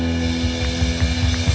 the